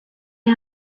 est